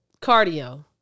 Cardio